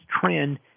trend